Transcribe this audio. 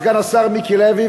סגן השר מיקי לוי,